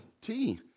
tea